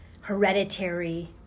hereditary